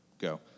go